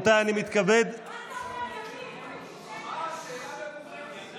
מה זה אומר?